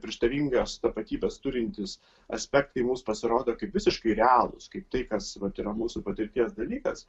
prieštaringas tapatybes turintys aspektai mus pasirodo kaip visiškai realūs kaip tai kas vat yra mūsų patirties dalykas